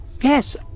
yes